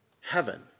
heaven